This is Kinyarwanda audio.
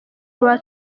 rwa